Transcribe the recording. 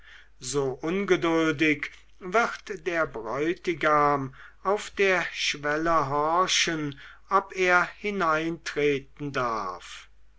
so ungeduldig wird der bräutigam auf der schwelle horchen ob er hereintreten darf